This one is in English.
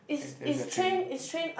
like that's their training